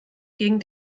gegen